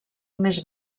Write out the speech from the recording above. més